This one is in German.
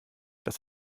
das